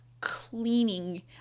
cleaning